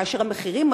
כאשר המחירים,